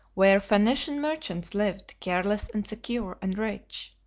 where phoenician merchants lived, careless and secure and rich.